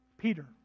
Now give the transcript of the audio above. Peter